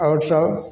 आओर सब